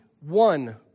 one